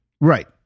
right